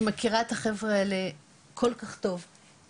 אני מכירה את החבר'ה אלה כל כך טוב,